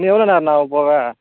இன்னும் எவ்வளோ நேரம்ணா ஆகும் போக